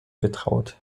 betraut